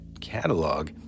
catalog